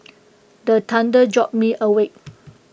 the thunder jolt me awake